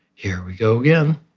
here we go again.